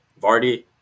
Vardy